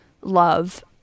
love